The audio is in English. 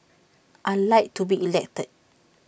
I Like to be elected